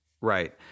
right